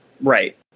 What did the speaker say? Right